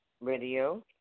Radio